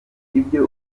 ibyo